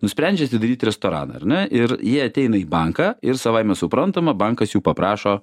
nusprendžia atidaryti restoraną ar ne ir jie ateina į banką ir savaime suprantama bankas jų paprašo